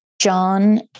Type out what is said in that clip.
John